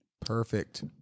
Perfect